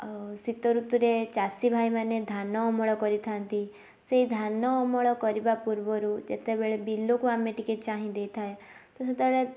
ଆଉ ଶୀତଋତୁରେ ଚାଷୀଭାଇମାନେ ଧାନ ଅମଳ କରିଥାନ୍ତି ସେଇ ଧାନ ଅମଳ କରିବା ପୂର୍ବରୁ ଯେତେବେଳେ ବିଲକୁ ଆମେ ଟିକେ ଚାହିଁ ଦେଇଥାଏ ତ ସେତେବେଳେ